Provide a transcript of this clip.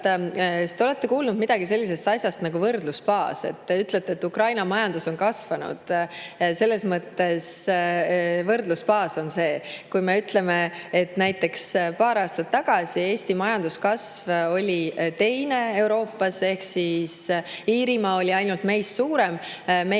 te olete kuulnud midagi sellisest asjast nagu võrdlusbaas? Te ütlete, et Ukraina majandus on kasvanud. Võrdlusbaas on see, kui me ütleme, et näiteks paar aastat tagasi Eesti majanduskasv oli teine Euroopas. Iirimaa oli ainult meist suurem, meie